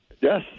Yes